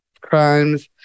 crimes